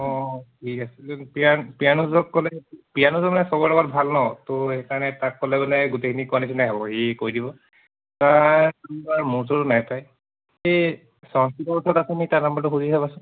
অঁ ঠিক আছে পিয়া পিয়ানুজক ক'লে পিয়ানুজৰ মানে চবৰে লগত ভাল ন ত' সেইকাৰণে তাক ক'লে মানে গোটেইখিনিক কোৱা নিচিনাই হ'ব সি কৈ দিব নাই পায় এই সংস্কৃতৰ ওচৰত আছেনি তাৰ নাম্বাৰটো সুধি চাবাচোনঁ